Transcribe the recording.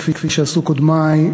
כפי שעשו קודמי,